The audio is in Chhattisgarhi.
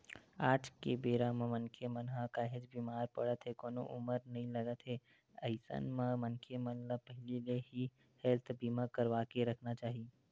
आज के बेरा म मनखे मन ह काहेच बीमार पड़त हे कोनो उमर नइ लगत हे अइसन म मनखे मन ल पहिली ले ही हेल्थ बीमा करवाके रखना चाही